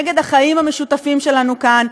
נגד החיים המשותפים שלנו כאן,